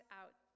out